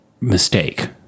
mistake